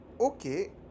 Okay